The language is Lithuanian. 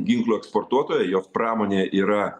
ginklų eksportuotoja jos pramonė yra